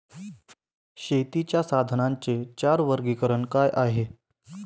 शेतीच्या साधनांचे चार वर्गीकरण काय आहे?